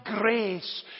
grace